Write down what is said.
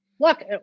look